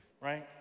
right